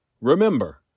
Remember